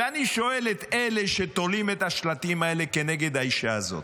ואני שואל את אלה שתולים את השלטים האלה כנגד האישה הזאת: